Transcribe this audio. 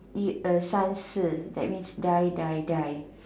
一二三四: yi er san si that means die die die